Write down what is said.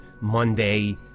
Monday